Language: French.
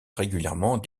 régulièrement